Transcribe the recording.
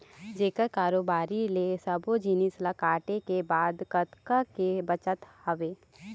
जेखर कारोबारी ले सब्बो जिनिस ल काटे के बाद कतका के बचत हवय